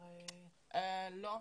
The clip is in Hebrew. לא.